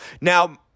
Now